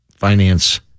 Finance